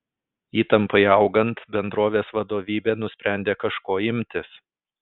įtampai augant bendrovės vadovybė nusprendė kažko imtis